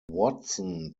watson